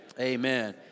Amen